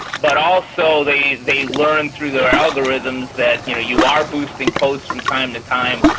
but also they they learn through their algorithms that you know you are boosting posts from time to time,